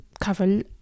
cover